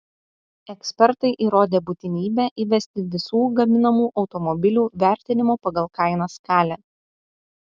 ekspertai įrodė būtinybę įvesti visų gaminamų automobilių vertinimo pagal kainą skalę